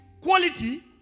quality